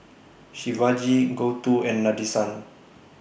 Shivaji Gouthu and Nadesan